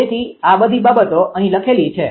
તેથી આ બધી બાબતો અહીં લખેલી છે